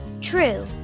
True